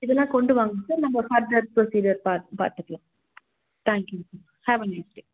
இதெல்லாம் கொண்டு வாங்க சார் நம்ப ஃபர்தர் ப்ரொசீஜர் பாத் பார்த்துக்கலாம் thank you sir have a nice day